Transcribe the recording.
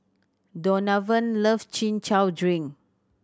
Donavan love Chin Chow drink